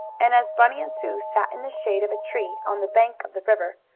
and, as bunny and sue sat in the shade of a tree on the bank of the river,